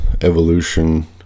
evolution